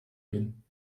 gehen